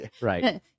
Right